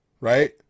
right